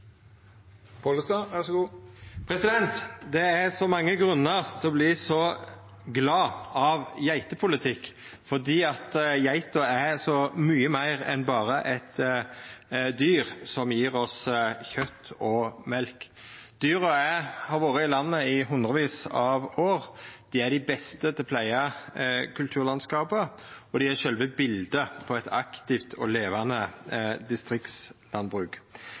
så mykje meir enn berre eit dyr som gjev oss kjøt og mjølk. Dyra har vore i landet i hundrevis av år, dei er dei beste til å pleia kulturlandskapet, og dei er sjølve bildet på eit aktivt og levande distriktslandbruk.